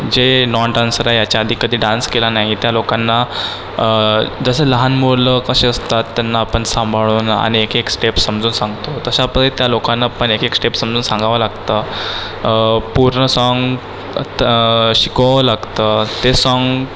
जे non dancer आहे याच्याआधी कधी डान्स केला नाही त्या लोकांना जसं लहान मुलं कसे असतात त्यांना आपण सांभाळून आणि एकएक स्टेप समजून सांगतो तशा परीत त्या लोकांना पण एकएक स्टेप समजून सांगावं लागतं पूर्ण साँग त शिकवावं लागतं ते साँग